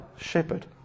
shepherd